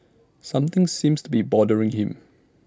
something seems to be bothering him